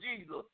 Jesus